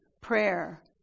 prayer